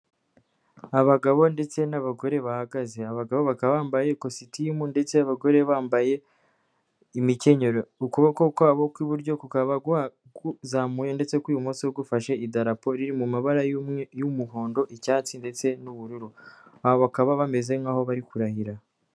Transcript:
Abagabo ndetse n'abagore bahagaze, abagabo bakaba bambaye kositimu ndetse abagore bambaye imikenyero ukuboko kwabo kw'iburyo kukaba kuzamuye ndetse ukw'ibumoso gufashe idarapo riri mu mabara y'umuhondo, icyatsi ndetse n'ubururu, aba bakaba bameze nk'aho bari kurahira.